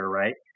right